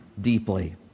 deeply